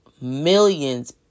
millions